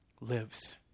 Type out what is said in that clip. lives